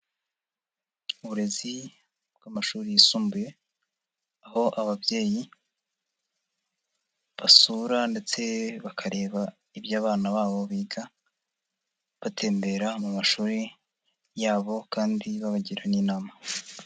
Uburezi bw'amashuri yisumbuye, aho ababyeyi basura ndetse bakareba ibyo abana babo biga, batembera mu mashuri yabo kandi babagira n'inama.